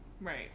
right